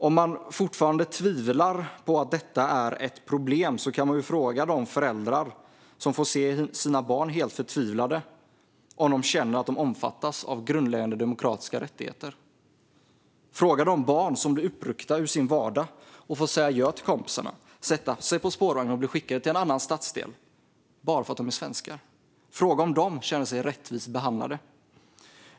Om man fortfarande tvivlar på att det finns ett problem kan man fråga de föräldrar som får se sina barn bli helt förtvivlade om de känner att de inte omfattas av grundläggande demokratiska rättigheter. Man kan fråga de barn som blir uppryckta ur sin vardag och får säga adjö till kompisarna, sätta sig på spårvagnen och bli skickade till en annan stadsdel bara för att de är svenskar. Fråga om de känner sig rättvist behandlade!